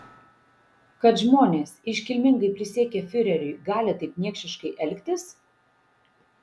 kad žmonės iškilmingai prisiekę fiureriui gali taip niekšiškai elgtis